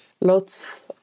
lots